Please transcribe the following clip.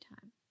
time